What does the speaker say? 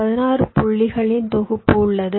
16 புள்ளிகளின் தொகுப்பு உள்ளது